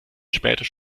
später